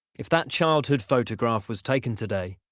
if that childhood photograph was taken today,